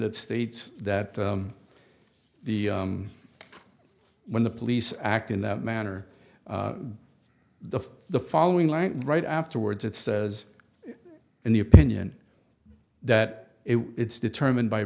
that states that the when the police act in that manner the the following light right afterwards it says in the opinion that it's determined by